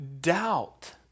doubt